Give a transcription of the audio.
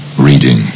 reading